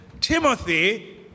Timothy